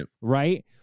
Right